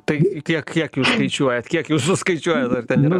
tai tiek kiek kiek jūs skaičiuojat kiek jūs suskaičiuojat ar ten yra